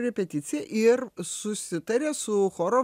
repeticiją ir susitarė su choro